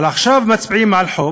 אבל עכשיו מצביעים על חוק